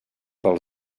pel